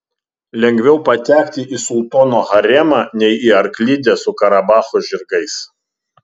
lengviau patekti į sultono haremą nei į arklidę su karabacho žirgais